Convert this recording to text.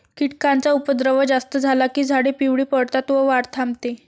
कीटकांचा उपद्रव जास्त झाला की झाडे पिवळी पडतात व वाढ थांबते